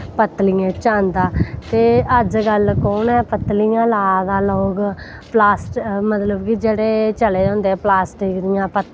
पत्तलियें च आंदा ते अज्ज कल कोन पत्तलियां लादा लोग मतलव कि जेह्ड़े चले दे होंदे प्लासटिक दियां प्लेटां